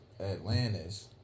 Atlantis